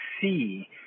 see